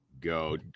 go